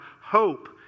hope